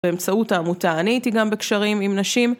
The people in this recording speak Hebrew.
באמצעות העמותה. אני הייתי גם בקשרים עם נשים.